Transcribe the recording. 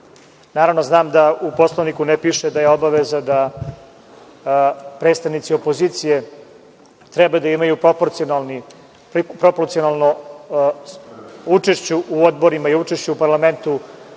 Naravno, znam da u Poslovniku ne piše da je obaveza da predstavnici opozicije treba da imaju proporcionalno učešće u odborima i učešće u parlamentu